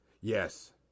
Yes